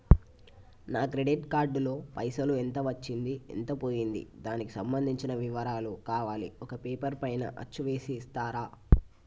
నా credit card లో పైసలు ఎంత వచ్చింది ఎంత పోయింది దానికి సంబంధించిన వివరాలు కావాలి ఒక పేపర్ పైన అచ్చు చేసి ఇస్తరా?